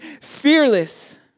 fearless